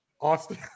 Austin